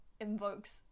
invokes